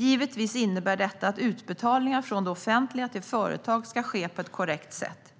Givetvis innebär detta att utbetalningar från det offentliga till företag ska ske på ett korrekt sätt.